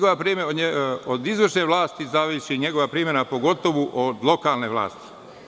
Od izvršne vlasti zavisi njegova primena, pogotovu od lokalne vlasti.